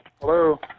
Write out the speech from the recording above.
Hello